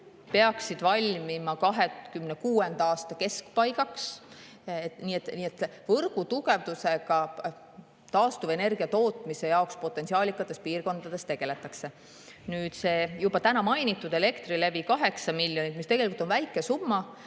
peaksid valmima 2026. aasta keskpaigaks. Nii et võrgutugevdusega taastuvenergia tootmise jaoks potentsiaalikates piirkondades tegeletakse. Täna juba mainiti Elektrilevi 8 miljonit, mis tegelikult on väike summa,